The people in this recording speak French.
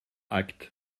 acte